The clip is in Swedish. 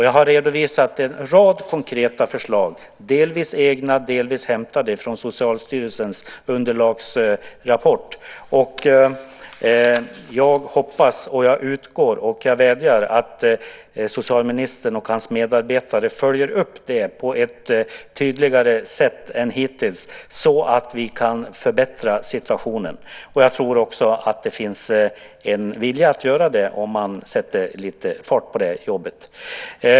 Jag har redovisat en rad konkreta förslag, delvis egna, delvis hämtade från Socialstyrelsens underlagsrapport. Jag hoppas, utgår från och vädjar att socialministern och hans medarbetare följer upp det på ett tydligare sätt än hittills, så att vi kan förbättra situationen. Jag tror att det finns en vilja att göra det om man sätter lite fart på det jobbet.